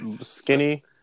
skinny